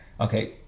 Okay